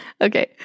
Okay